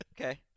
Okay